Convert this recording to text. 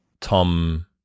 Tom